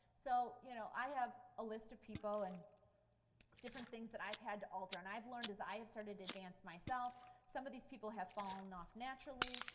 so you know i have a list of people and different things that i've had to alter. and i've learned as i have started to advance myself some of these people have fallen off naturally,